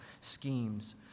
schemes